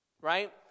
Right